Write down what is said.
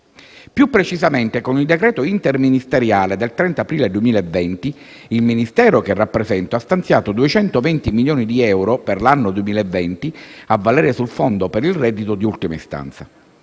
Più precisamente, con il decreto interministeriale del 30 aprile 2020, il Ministero che rappresento ha stanziato 220 milioni di euro per l'anno 2020, a valere sul Fondo per il reddito di ultima istanza.